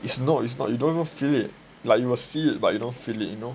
it's not it's not you don't even feel it like you will see it but you don't feel it you know